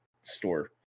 Store